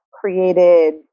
created